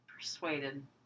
persuaded